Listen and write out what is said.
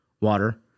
water